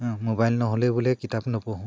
mobile নহ'লে বোলে কিতাপ নপঢ়ো